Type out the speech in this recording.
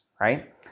right